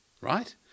right